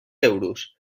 euros